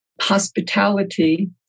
hospitality